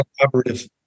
collaborative